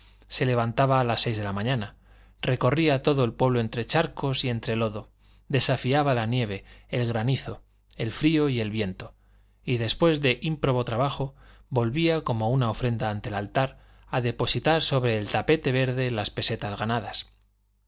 se levantaba a las seis de la mañana recorría todo el pueblo entre charcos y entre lodo desafiaba la nieve el granizo el frío el viento y después de ímprobo trabajo volvía como con una ofrenda ante el altar a depositar sobre el tapete verde las pesetas ganadas